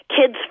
kids